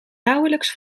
nauwelijks